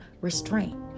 restraint